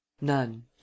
none